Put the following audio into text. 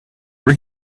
were